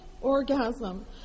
orgasm